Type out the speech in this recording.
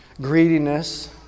greediness